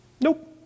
Nope